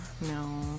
No